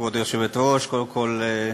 כבוד היושבת-ראש, קודם כול אני